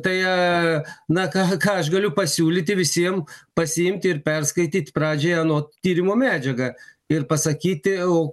tai na ką ką aš galiu pasiūlyti visiem pasiimti ir perskaityt pradžiai ano tyrimo medžiagą ir pasakyti o